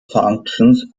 functions